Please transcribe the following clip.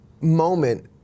moment